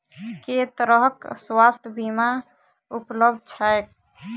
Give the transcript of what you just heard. केँ तरहक स्वास्थ्य बीमा उपलब्ध छैक?